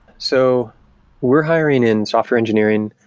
so we're hiring in software engineering,